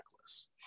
necklace